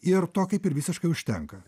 ir to kaip ir visiškai užtenka